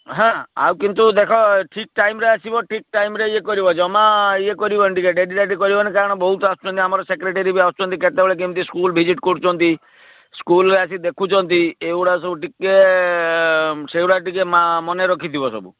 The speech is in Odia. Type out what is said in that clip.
ହଁ ଆଉ କିନ୍ତୁ ଦେଖ ଠିକ୍ ଟାଇମରେ ଆସିବ ଠିକ୍ ଟାଇମରେ ଇଏ କରିବ ଜମା ଇଏ କରିବନି ଟିକେ ଡେରିଡାରି କରିବନି କାରଣ ବହୁତ ଆସୁଛନ୍ତି ଆମର ସେକ୍ରେଟେରୀ ବି ଆସୁଛନ୍ତି କେତେବେଳେ କେମିତି ସ୍କୁଲ ଭିଜିଟ୍ କରୁଛନ୍ତି ସ୍କୁଲରେ ଆସି ଦେଖୁଛନ୍ତି ଏଇଗୁଡ଼ା ସବୁ ଟିକେ ସେଗୁଡ଼ା ଟିକେ ମନେ ରଖିଥିବ ସବୁ